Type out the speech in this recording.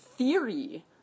Theory